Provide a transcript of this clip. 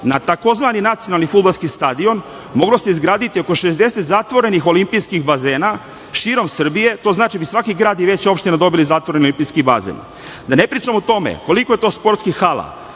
na tzv. nacionalni fudbalski stadion moglo se izgraditi oko 60 zatvorenih olimpijskih bazena širom Srbije. To znači da bi svaki grad i veća opština dobili zatvoreni olimpijski bazen. Da ne pričam o tome koliko je to sportskih hala,